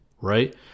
right